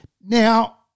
Now